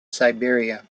serbia